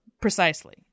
Precisely